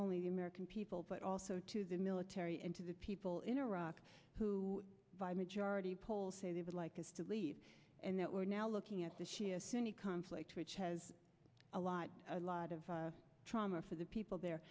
only the american people but also to the military and to the people in iraq who by majority poll say they would like us to leave and that we're now looking at the shia sunni conflict which has a lot a lot of trauma for the people there